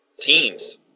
teams